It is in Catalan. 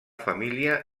família